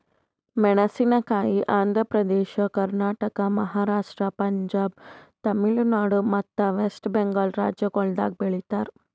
ಮೇಣಸಿನಕಾಯಿ ಆಂಧ್ರ ಪ್ರದೇಶ, ಕರ್ನಾಟಕ, ಮಹಾರಾಷ್ಟ್ರ, ಪಂಜಾಬ್, ತಮಿಳುನಾಡು ಮತ್ತ ವೆಸ್ಟ್ ಬೆಂಗಾಲ್ ರಾಜ್ಯಗೊಳ್ದಾಗ್ ಬೆಳಿತಾರ್